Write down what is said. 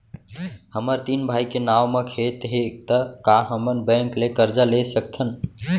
हमर तीन भाई के नाव म खेत हे त का हमन बैंक ले करजा ले सकथन?